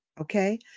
okay